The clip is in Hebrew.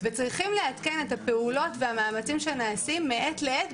וצריכים לעדכן את הפעולות והמאמצים שנעשים מעת לעת,